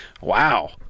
Wow